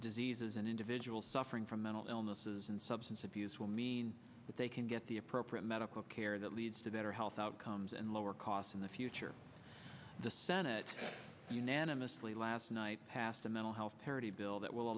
diseases an individual suffering from mental illnesses and substance abuse will mean that they can get the appropriate medical care that leads to better health outcomes and lower costs in the future the senate unanimously last night passed a mental health parity bill that will